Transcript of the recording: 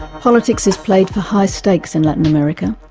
politics is played for high stakes in latin america,